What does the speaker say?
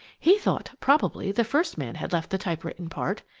he thought probably the first man had left the type-written part,